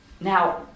Now